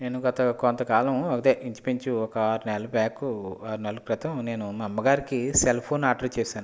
నేను గత కొంత కాలం అదే ఇంచు మించు ఒక ఆరు నెలల బ్యాక్ ఆరు నెలల క్రితం నేను మా అమ్మగారికి సెల్ ఫోన్ ఆర్డర్ చేసాను